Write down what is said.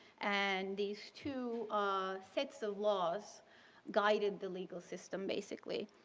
and these two ah sets of laws guided the legal system basically,